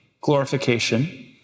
glorification